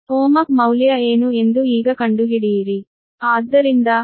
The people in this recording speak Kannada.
ohmic ಮೌಲ್ಯ ಏನು ಎಂದು ಈಗ ಕಂಡುಹಿಡಿಯಿರಿ